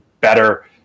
better